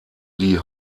die